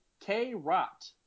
K-Rot